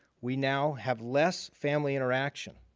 we now have less family interaction,